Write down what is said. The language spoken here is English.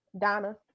Donna